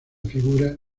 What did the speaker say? figura